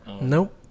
Nope